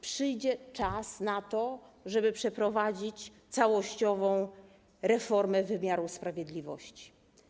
Przyjdzie czas na to, żeby przeprowadzić całościową reformę wymiaru sprawiedliwości.